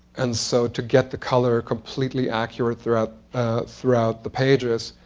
and so, to get the color completely accurate throughout throughout the pages,